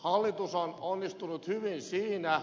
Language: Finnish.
hallitus on onnistunut hyvin siinä